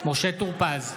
משה טור פז,